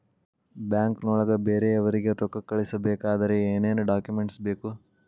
ಬ್ಯಾಂಕ್ನೊಳಗ ಬೇರೆಯವರಿಗೆ ರೊಕ್ಕ ಕಳಿಸಬೇಕಾದರೆ ಏನೇನ್ ಡಾಕುಮೆಂಟ್ಸ್ ಬೇಕು?